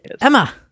Emma